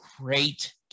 great